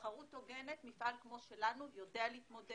בתחרות הוגנת מפעל כמו שלנו יודע להתמודד.